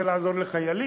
לעזור לחיילים?